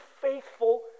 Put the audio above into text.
faithful